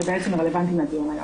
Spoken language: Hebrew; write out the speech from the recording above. שבעצם הן רלוונטיות לדיון היום.